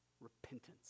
Repentance